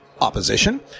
opposition